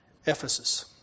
Ephesus